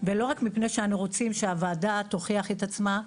ולא רק מפני שאנו רוצים שהוועדה תוכיח את עצמה,